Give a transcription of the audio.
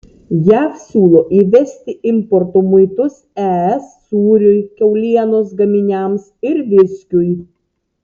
jav siūlo įvesti importo muitus es sūriui kiaulienos gaminiams ir viskiui